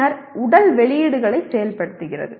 பின்னர் உடல் வெளியீடுகளை செயல்படுத்துகிறது